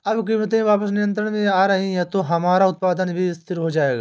अब कीमतें वापस नियंत्रण में आ रही हैं तो हमारा उत्पादन भी स्थिर हो जाएगा